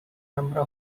number